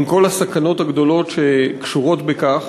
עם כל הסכנות הגדולות שקשורות בכך.